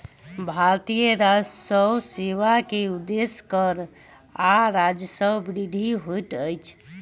भारतीय राजस्व सेवा के उदेश्य कर आ राजस्वक वृद्धि होइत अछि